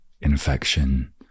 infection